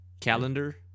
calendar